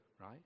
right